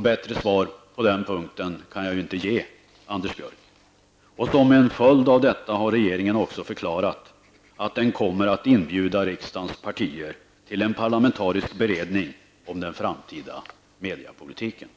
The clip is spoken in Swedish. Bättre svar på den punkten kan jag inte ge Anders Björck. Som en följd av detta har regeringen också förklarat att den kommer att inbjuda riksdagens partier till en parlamantarisk beredning om den framtida mediepolitiken.